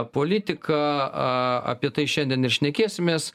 politika a apie tai šiandien ir šnekėsimės